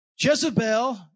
Jezebel